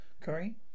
Curry